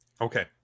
okay